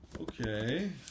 okay